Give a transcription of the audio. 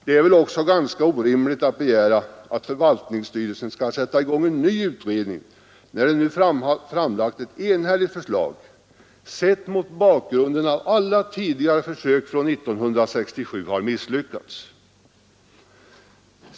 Det är väl också ganska orimligt att begära att förvaltningsstyrelsen skall sätta i gång en ny utredning, när den framlagt ett enhälligt förslag detta sett mot försök från 1967 har misslyckats.